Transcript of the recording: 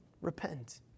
Repent